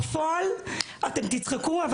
בפועל, אתם תצחקו,